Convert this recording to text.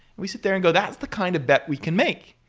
we sit there and go, that's the kind of bet we can make,